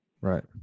right